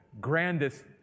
grandest